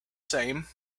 same